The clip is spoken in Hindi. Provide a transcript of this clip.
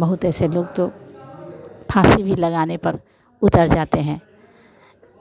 बहुत ऐसे लोग तो फांसी भी लगाने पर उतर जाते हैं